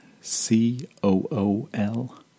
C-O-O-L